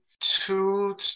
two